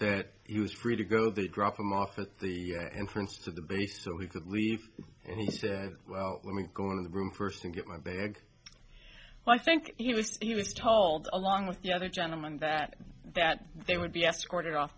that he was free to go they drop him off with the inference to the base so he could leave he said well let me go into the room first and get my bag well i think he was he was told along with the other gentleman that that they would be escorted off